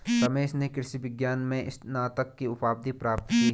रमेश ने कृषि विज्ञान में स्नातक की उपाधि प्राप्त की